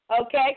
Okay